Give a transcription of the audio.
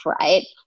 right